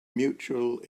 mutual